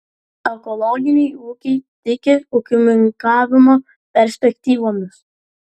ekologiniai ūkiai tiki ūkininkavimo perspektyvomis